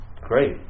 Great